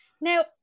now